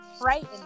frightened